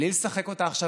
בלי לשחק אותה עכשיו,